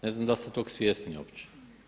Ne znam da li ste tog svjesni uopće.